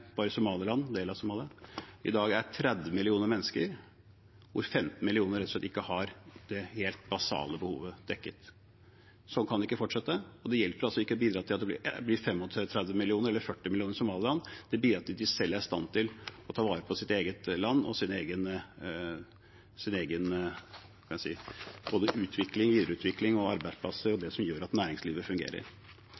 Somaliland, en del av Somalia, i dag er 30 millioner mennesker, hvor 15 millioner rett og slett ikke har det helt basale behovet dekket. Slik kan det ikke fortsette. Det hjelper ikke å bidra til at det blir 35 eller 40 millioner i Somaliland, det er bedre at de selv er i stand til å ta vare på sitt eget land og sin egen utvikling, videreutvikling, arbeidsplasser og det som gjør at næringslivet fungerer. Nå har jeg